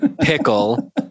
pickle